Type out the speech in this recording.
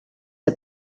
que